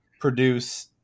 produce